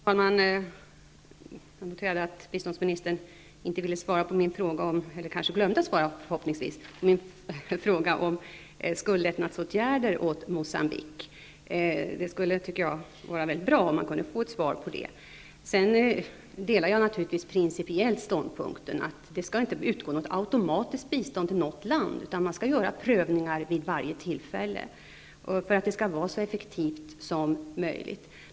Fru talman! Jag noterade att biståndsministern inte ville, eller kanske förhoppningsvis glömde att, svara på min fråga om skuldlättnadsåtgärder för Mocambique. Det skulle vara mycket bra om jag kunde få ett svar på det. Jag delar naturligtvis principiellt ståndpunkten att det inte skall utgå något automatiskt bistånd till något land. Man skall göra prövningar vid varje tillfälle för att det skall vara så effektivt som möjligt.